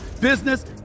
business